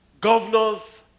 governors